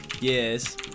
Yes